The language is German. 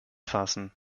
fassen